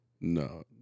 No